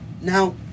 Now